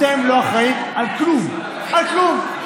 אתם לא אחראים לכלום, לכלום.